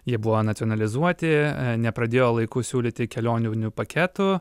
jie buvo nacionalizuoti nepradėjo laiku siūlyti kelioninių paketų